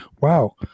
Wow